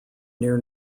near